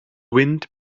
wind